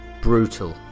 brutal